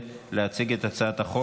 לפרוטוקול נוסיף את חברת הכנסת סון הר מלך,